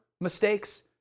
mistakes